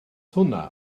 hwnna